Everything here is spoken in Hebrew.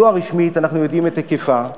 זו הרשמית, אנחנו יודעים את היקפה,